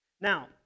Now